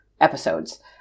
episodes